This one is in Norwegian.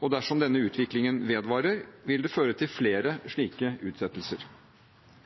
og dersom denne utviklingen vedvarer, vil det føre til flere slike utsettelser.